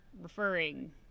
referring